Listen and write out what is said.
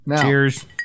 Cheers